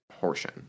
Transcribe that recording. portion